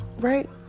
right